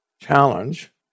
challenge